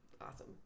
Awesome